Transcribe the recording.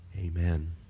Amen